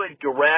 direct